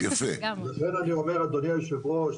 לכן אני אומר אדוני היו"ר,